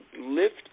lift